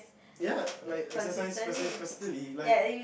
ya like exercise consis~ consistently like